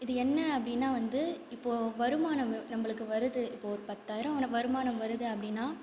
இது என்ன அப்படின்னா வந்து இப்போது வருமானம் நம்பளுக்கு வருது இப்போது ஒரு பத்தாயிரம் வருமானம் வருது அப்படின்னா